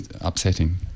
upsetting